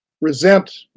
resent